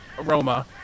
aroma